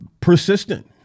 persistent